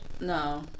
No